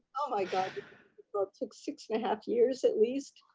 oh my but took six and a half years at least.